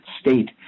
state